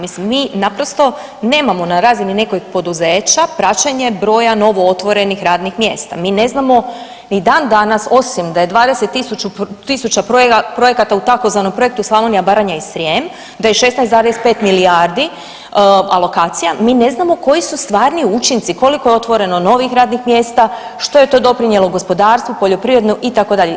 Mislim, mi naprosto nemamo na razini nekoj poduzeća praćenje broja novootvorenih radnih mjesta, mi ne znamo ni dandanas osim da je 20 000 projekata u tzv. projektu Slavonija-Baranja i Srijem, da je 16,5 milijardi alokacija, mi ne znamo koji su stvarni učinci, koliko je otvoreno novih radnih mjesta, što je to doprinijelo gospodarstvu, poljoprivredu itd.